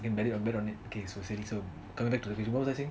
bet on bet on it coming back to it what was I saying